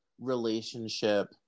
relationship